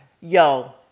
Yo